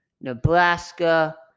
Nebraska